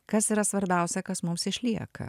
kas yra svarbiausia kas mums išlieka